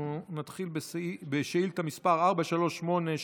אנחנו נתחיל בשאילתה מס' 438,